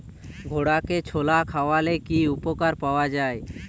ঘোড়াকে ছোলা খাওয়ালে কি উপকার পাওয়া যায়?